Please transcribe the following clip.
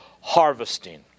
harvesting